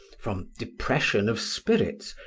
from depression of spirits,